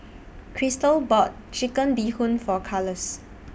Chrystal bought Chicken Bee Hoon For Carlos